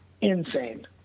insane